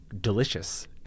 delicious